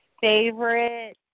favorite